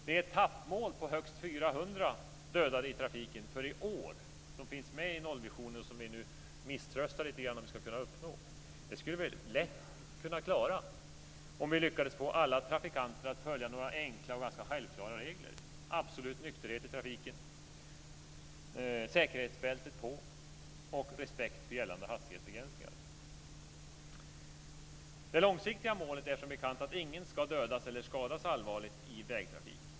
Det etappmål på högst 400 dödade i trafiken för i år som finns med i nollvisionen och som vi misströstar om ifall vi ska kunna uppnå skulle vi lätt kunna klara om vi lyckades få alla trafikanter att följa några enkla och ganska självklara regler, nämligen absolut nykterhet i trafiken, säkerhetsbältet på och respekt för gällande hastighetsbegränsningar. Det långsiktiga målet är som bekant att ingen ska dödas eller skadas allvarligt i vägtrafiken.